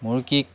মুৰ্গীক